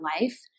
life